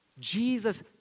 Jesus